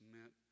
meant